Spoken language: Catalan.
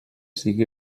sigui